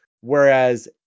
whereas